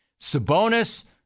Sabonis